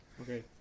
Okay